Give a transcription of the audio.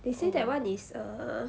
they say that [one] is err